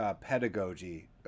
pedagogy